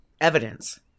evidence